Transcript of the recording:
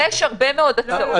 יש הרבה הצעות,